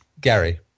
gary